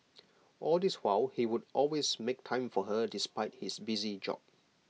all this while he would always make time for her despite his busy job